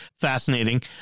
fascinating